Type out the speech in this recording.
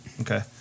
okay